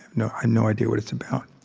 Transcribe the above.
no ah no idea what it's about